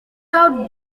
out